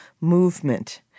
movement